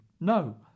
No